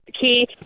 key